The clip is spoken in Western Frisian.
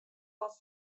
wat